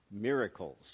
miracles